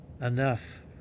enough